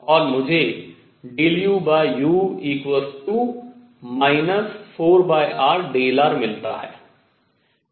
और मुझे uu 4rr मिलता है